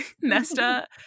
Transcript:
nesta